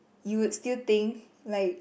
you would still think lilke